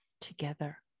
together